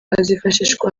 azifashishwa